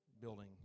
building